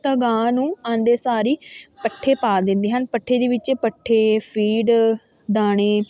ਤਾਂ ਗਾਂ ਨੂੰ ਆਉਂਦੇ ਸਾਰ ਹੀ ਪੱਠੇ ਪਾ ਦਿੰਦੇ ਹਨ ਪੱਠੇ ਦੇ ਵਿੱਚ ਪੱਠੇ ਫੀਡ ਦਾਣੇ